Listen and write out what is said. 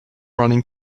running